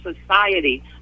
society